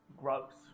Gross